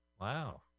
Wow